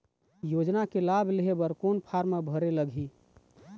योजना के लाभ लेहे बर कोन फार्म भरे लगही?